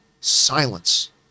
silence